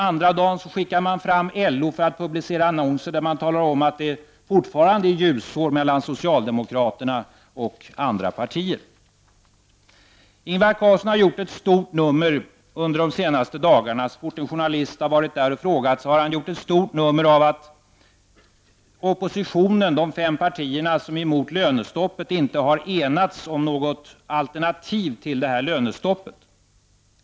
Andra dagen skickar man fram LO för att publicera en annons där det talas om att det fortfarande är ljusår mellan socialdemokraterna och andra partier. Ingvar Carlsson har gjort ett stort nummer under de senaste dagarna, så fort en journalist har varit där och frågat, av att oppositionen, de fem partier som är emot lönestoppet, inte enats om något alternativ till detta lönestopp.